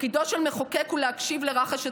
תפקידו של מחוקק הוא להקשיב לרחש הציבור,